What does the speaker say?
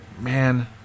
Man